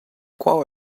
qual